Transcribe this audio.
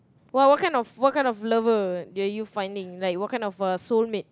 what what kind what kind of lover that you finding like what kind of soulmate